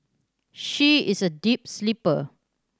she is a deep sleeper